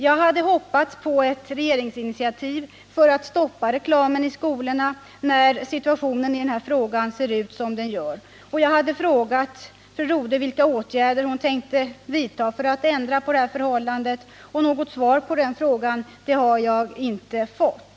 Jag hade hoppats på ett regeringsinitiativ för att stoppa reklamen i skolorna, när situationen i denna fråga nu ser ut som den gör. Och jag hade frågat fru Rodhe vilka åtgärder hon tänkte vidta för att ändra på förhållandena. Något svar på den frågan har jag inte fått.